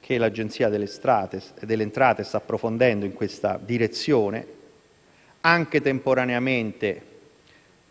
che l'Agenzia delle entrate sta profondendo in tale direzione, anche temporaneamente